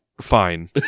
fine